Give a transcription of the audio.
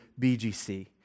BGC